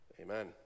Amen